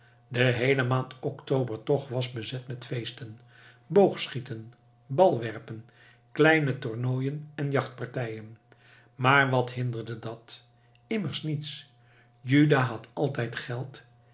de heele maand october toch was bezet met feesten boogschieten balwerpen kleine tornooien en jachtpartijen maar wat hinderde dat immers niets juda had altijd geld